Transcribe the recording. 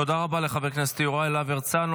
תודה רבה לחבר הכנסת יוראי להב הרצנו.